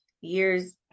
years